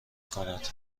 کند